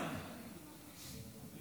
מכובדי